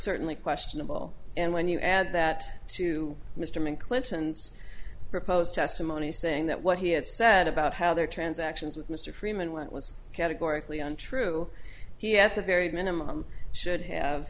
certainly questionable and when you add that to mr main clinton's proposed testimony saying that what he had said about how their transactions with mr freeman went was categorically untrue he at the very minimum should have